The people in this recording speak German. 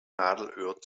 nadelöhr